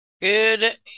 Good